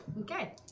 Okay